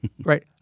right